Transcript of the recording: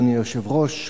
אדוני היושב-ראש,